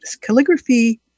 calligraphy